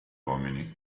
uomini